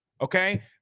okay